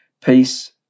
Peace